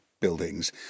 buildings